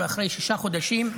ואחרי שישה חודשים,